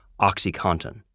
OxyContin